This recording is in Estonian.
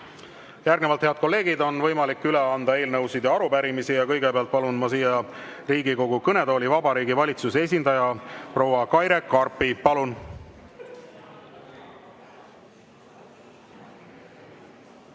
Järgnevalt, head kolleegid, on võimalik üle anda eelnõusid ja arupärimisi. Ja kõigepealt palun ma siia Riigikogu kõnetooli, Vabariigi Valitsuse esindaja proua Kaire Karp. Palun!